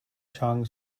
chung